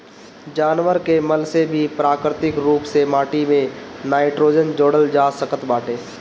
जानवर के मल से भी प्राकृतिक रूप से माटी में नाइट्रोजन जोड़ल जा सकत बाटे